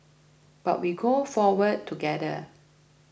but we go forward together